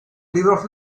libros